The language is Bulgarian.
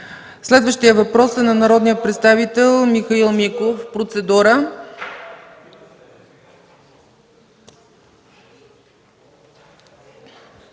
Следващият въпрос е на народния представител Михаил Миков – относно